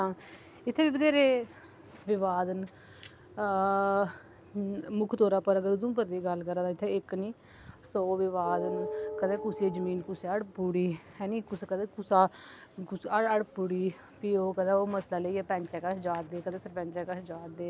इत्थै बी बत्हेरे विवाद न मुक्ख तौरा उप्पर अगर उधमपुर दी गल्ल करां ते इत्थै इक निं सौ विवाद न कदें कुसै दी जमीन कुसै हड़पी ओड़ी ऐ निं कुसै कदें कुसै कुसै हडपी ओड़ी भी ओह् कदें ओह् मसला लेइयै पैंच दे घर जा दे कदें सरपैंच दे घर जा दे